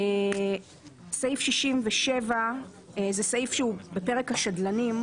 סעיף 67 הוא סעיף שהוא בפרק השדלנים,